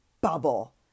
bubble